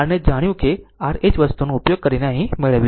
આમ અહીં તે પણ r ને જાણ્યું કે r એ જ વસ્તુનો ઉપયોગ કરીને અહીં મેળવ્યું છે